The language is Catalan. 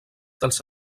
dels